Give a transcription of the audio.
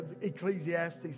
Ecclesiastes